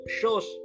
shows